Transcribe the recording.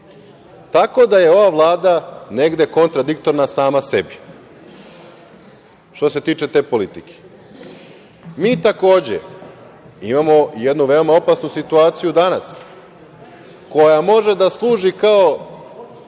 Tako da je ova Vlada negde kontradiktorna sama sebi, što se tiče te politike. Mi takođe imamo jednu opasnu situaciju danas koja može da služi kao